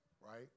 right